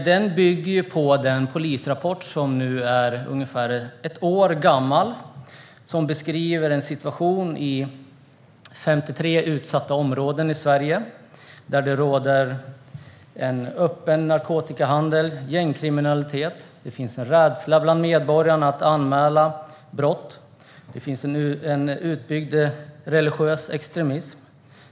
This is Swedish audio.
Den bygger på den polisrapport som nu är ungefär ett år gammal och som beskriver en situation i 53 utsatta områden i Sverige där det råder en öppen narkotikahandel och gängkriminalitet, och där det finns en rädsla bland medborgarna att anmäla brott. Där finns även en utbyggd religiös extremism.